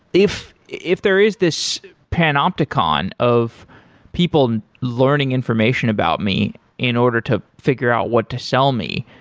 if if there is this panopticon of people learning information about me in order to figure out what to sell me.